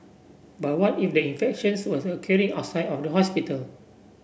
but what if the infections were occurring outside of the hospital